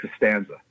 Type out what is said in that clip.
Costanza